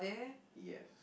ya